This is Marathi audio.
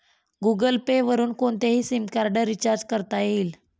गुगलपे वरुन कोणतेही सिमकार्ड रिचार्ज करता येईल